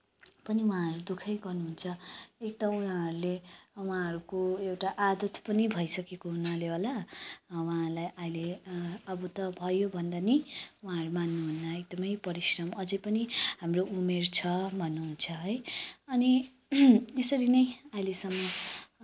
पनि उहाँहरू दुःखै गर्नुहुन्छ एक त उनीहरूले उहाँहरूको एउटा आदत पनि भइसकेको हुनाले होला उहाँहरूलाई अहिले अब त भयो भन्दा पनि उहाँहरू मान्नुहुन्न एकदमै परिश्रम अझै पनि हाम्रो उमेर छ भन्नुहुन्छ है अनि यसरी नै अहिलेसम्म